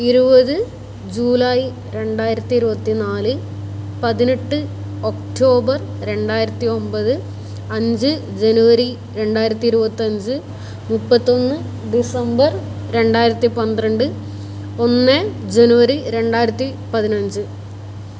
ഇരുപത് ജൂലൈ രണ്ടായിരത്തി ഇരുപത്തിനാല് പതിനെട്ട് ഒക്ടോബർ രണ്ടായിരത്തിയൊമ്പത് അഞ്ച് ജനുവരി രണ്ടായിരത്തി ഇരുപത്തിയഞ്ച് മുപ്പത്തിയൊന്ന് ഡിസംബർ രണ്ടായിരത്തി പന്ത്രണ്ട് ഒന്ന് ജനുവരി രണ്ടായിരത്തി പതിനഞ്ച്